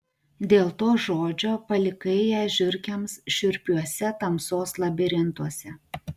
dėl to žodžio palikai ją žiurkėms šiurpiuose tamsos labirintuose